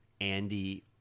Andy